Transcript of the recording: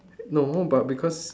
no but because